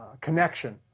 connection